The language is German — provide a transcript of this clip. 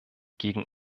gegen